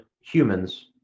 humans